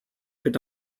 could